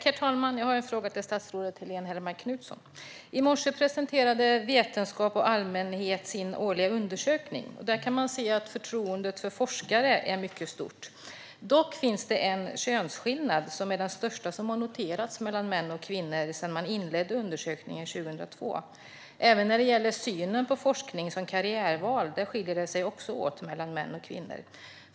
Herr talman! Jag har en fråga till statsrådet Helene Hellmark Knutsson. I morse presenterade Vetenskap & Allmänhet sin årliga undersökning. Där kan man se att förtroendet för forskare är mycket stort. Dock finns det en könsskillnad som är den största som har noterats mellan män och kvinnor sedan man inledde undersökningen 2002. Även när det gäller synen på forskning som karriärval skiljer det sig mellan män och kvinnor.